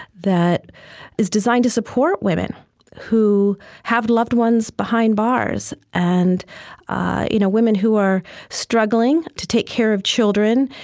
that is designed to support women who have loved ones behind bars. and you know women who are struggling to take care of children,